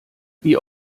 wie